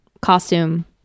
costume